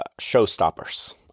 showstoppers